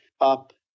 up